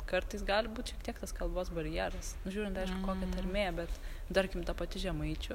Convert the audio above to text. kartais gali būt šiek tiek tas kalbos barjeras nu žiūrint aišku kokia tarmė bet tarkim ta pati žemaičių